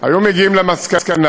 היו מגיעים למסקנה,